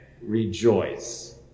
rejoice